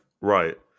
right